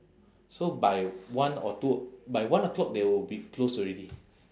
so by one or two by one o'clock they will be closed already